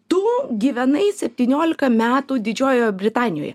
tu gyvenai septyniolika metų didžiojoje britanijoje